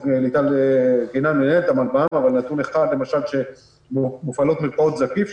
מיטל קינן אבל נתון אחד: מופעלות מרפאות זקיף,